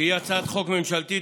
שהיא הצעת חוק ממשלתית,